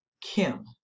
Kim